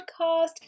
podcast